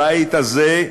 הבית הזה,